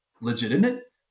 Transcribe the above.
legitimate